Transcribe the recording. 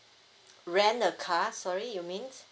rent a car sorry you means